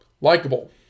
likable